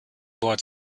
wort